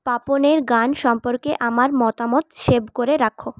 পাপনের গান সম্পর্কে আমার মতামত সেভ করে রাখো